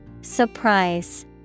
Surprise